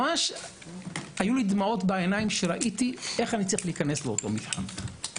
ממש היו לי דמעות בעיניים כשראיתי איך אני צריך להיכנס לאותו מתחם.